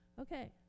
Okay